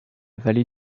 vallée